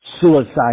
suicide